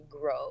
grow